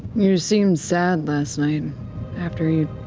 you seemed sad last night after you